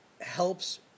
helps